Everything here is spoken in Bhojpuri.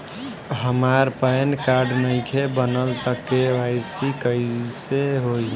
हमार पैन कार्ड नईखे बनल त के.वाइ.सी कइसे होई?